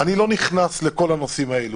אני לא נכנס לכל הנושאים האלה,